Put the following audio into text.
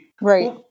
right